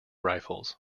rifles